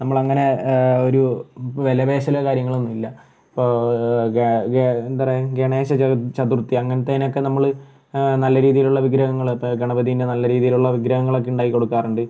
നമ്മളങ്ങനെ ഒരു വില പേശലോ കാര്യങ്ങളോ ഒന്നുമില്ല അപ്പോൾ ഗ ഗ എന്താ പറയാ ഗണേശ ചതു ചതുർഥി അങ്ങനത്തേനൊക്കെ നമ്മൾ നല്ല രീതിയിലുള്ള വിഗ്രഹങ്ങൾ ഇപ്പോൾ ഗണപതിൻ്റെ നല്ല രീതിലുള്ള വിഗ്രഹങ്ങളൊക്കെ ഉണ്ടാക്കി കൊടുക്കാറുണ്ട്